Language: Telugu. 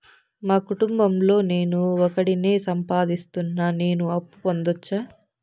మా కుటుంబం లో నేను ఒకడినే సంపాదిస్తున్నా నేను అప్పు పొందొచ్చా